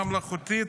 הבינה המלאכותית,